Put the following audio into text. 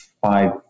five